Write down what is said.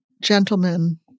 gentlemen